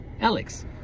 Alex